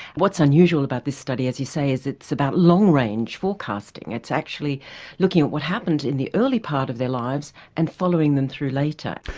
what's unusual about this study as you say is that it's about long range forecasting, it's actually looking at what happened in the early part of their lives and following them through later.